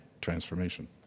transformation